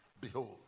Behold